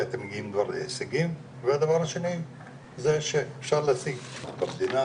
אתם מגיעים כבר להישגים והדבר השני זה שאפשר להשיג במדינה